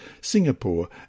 Singapore